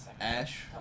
ash